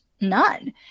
none